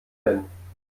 denn